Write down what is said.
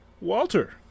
Walter